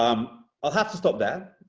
um i'll have to stop there.